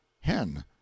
hen